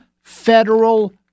federal